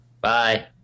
Bye